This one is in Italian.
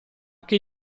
che